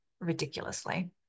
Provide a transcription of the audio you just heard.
ridiculously